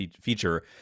feature